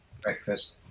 Breakfast